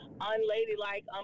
unladylike